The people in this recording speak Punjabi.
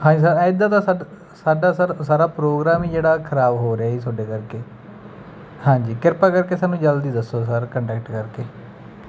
ਹਾਂਜੀ ਸਰ ਇੱਦਾਂ ਤਾਂ ਸਾਡਾ ਸਾਡਾ ਸਰ ਸਾਰਾ ਪ੍ਰੋਗਰਾਮ ਹੀ ਜਿਹੜਾ ਖਰਾਬ ਹੋ ਰਿਹਾ ਜੀ ਤੁਹਾਡੇ ਕਰਕੇ ਹਾਂਜੀ ਕਿਰਪਾ ਕਰਕੇ ਸਾਨੂੰ ਜਲਦੀ ਦੱਸੋ ਸਰ ਕੰਟੈਕਟ ਕਰਕੇ